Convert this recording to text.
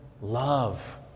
love